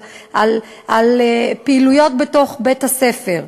על פעילויות בתוך בתי-הספר,